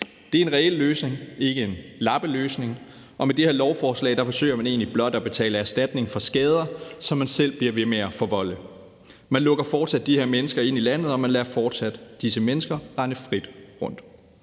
Det er en reel løsning, ikke en lappeløsning, og med det her lovforslag forsøger man egentlig blot at betale erstatning for skader, som man selv bliver ved med at forvolde. Man lukker fortsat de her mennesker ind i landet, og man lader fortsat disse mennesker rende frit rundt.